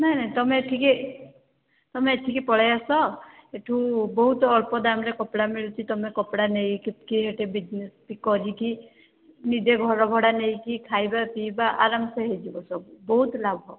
ନାଇଁ ନାଇଁ ତମେ ଏଠିକି ତମେ ଏଠିକି ପଳେଇ ଆସ ଏଇଠୁ ବହୁତ ଅଳ୍ପ ଦାମ୍ରେ କପଡ଼ା ମିଳୁଛି ତମେ କପଡ଼ା ନେଇକି ଗୋଟେ ବିଜ୍ନେସ୍ କରିକି ନିଜେ ଘର ଭଡ଼ା ନେଇକି ଖାଇବା ପିଇବା ଆରାମ୍ସେ ହେଇଯିବ ସବୁ ବହୁତ ଲାଭ